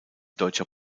deutscher